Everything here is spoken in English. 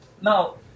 Now